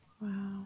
Wow